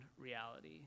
reality